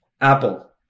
Apple